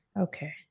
Okay